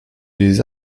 les